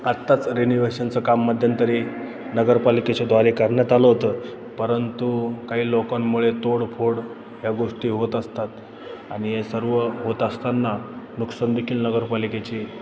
आत्ताच रेनिव्हेशनचं काम मध्यंतरी नगरपालिकेच्या द्वारे करण्यात आलं होतं परंतु काही लोकांमुळे तोडफोड ह्या गोष्टी होत असतात आणि हे सर्व होत असताना नुकसान देखील नगरपालिकेची